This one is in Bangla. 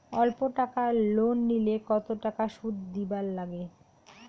অল্প টাকা লোন নিলে কতো টাকা শুধ দিবার লাগে?